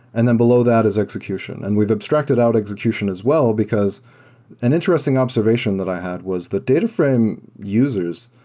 and then below that is execution. and we've abstracted out execution as well, because and interesting observation that i had was the data frame users,